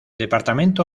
departamento